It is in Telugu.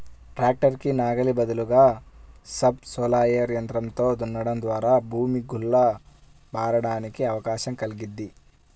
ట్రాక్టర్ కి నాగలి బదులుగా సబ్ సోయిలర్ యంత్రంతో దున్నడం ద్వారా భూమి గుల్ల బారడానికి అవకాశం కల్గిద్ది